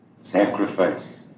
sacrifice